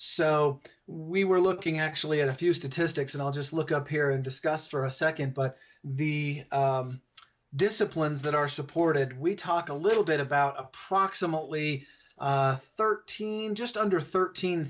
so we were looking actually at a few statistics and i'll just look up here and discuss for a second but the disciplines that are supported we talk a little bit about approximately thirteen just under thirteen